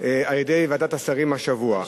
על-ידי ועדת השרים השבוע.